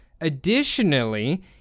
Additionally